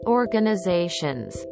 organizations